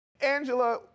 Angela